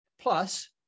Plus